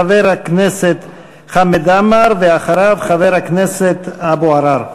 חבר הכנסת חמד עמאר, ואחריו, חבר הכנסת אבו עראר.